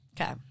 Okay